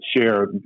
share